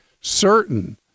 certain